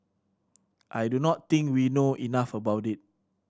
I do not think we know enough about it